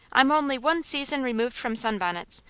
i'm only one season removed from sunbonnets,